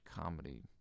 comedy